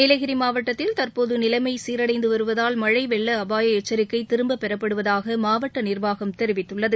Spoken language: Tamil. நீலகிரி மாவட்டத்தில் தற்போது நிலைமை சீரடைந்து வருவதால் மனழ வெள்ள அபாய எச்சரிக்கை திரும்பப் பெறப்படுவதாக மாவட்ட நிர்வாகம் தெரிவித்துள்ளது